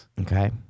Okay